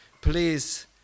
Please